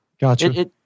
Gotcha